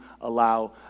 allow